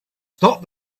stop